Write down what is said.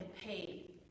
paid